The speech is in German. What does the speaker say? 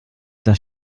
das